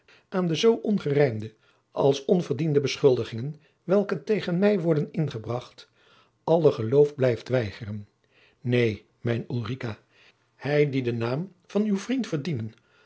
aan de zoo ongerijmde als onverdien de beschuldiging en welke tegen mij worden ingebracht alle geloof blijft wei geren neen mijne ulrica hij die den naam van uw vrien d verdienen